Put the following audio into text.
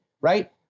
Right